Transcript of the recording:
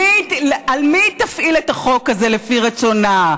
על מי היא תפעיל את החוק הזה לפי רצונה?